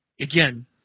Again